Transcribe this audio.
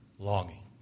Longing